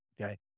okay